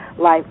Life